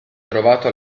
trovato